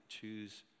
choose